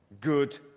good